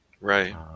right